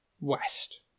west